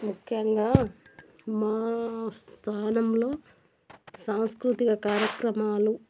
ముఖ్యంగా మా స్థానంలో సాంస్కృతిక కార్యక్రమాలు